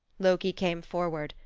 loki came forward,